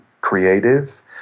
creative